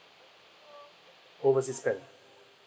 oversea spend